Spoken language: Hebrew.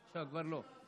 עכשיו כבר לא.